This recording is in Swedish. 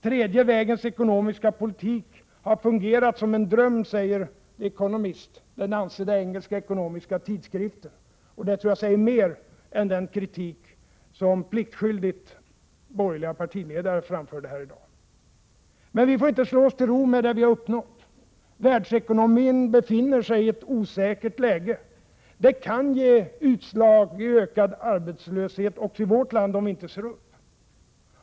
Tredje vägens ekonomiska politik har fungerat som en dröm, säger The Economist, den ansedda engelska ekonomitidskriften, och det tror jag säger mer än den kritik som pliktskyldigt borgerliga partiledare framförde här i dag. Men vi får inte slå oss till ro med vad vi uppnått. Världsekonomin befinner sig i ett osäkert läge. Det kan ge utslag i ökad arbetslöshet också i vårt land, om vi inte ser upp.